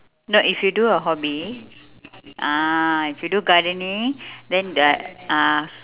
no if you do a hobby ah if you do gardening then they ah